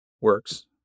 works